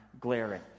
glaring